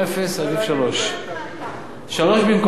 עדיף 3. 3 במקום אפס,